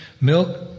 milk